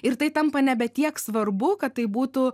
ir tai tampa nebe tiek svarbu kad tai būtų